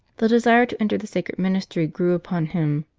the desire to enter the sacred ministry grew upon him.